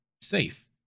safe